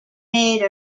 made